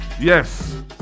Yes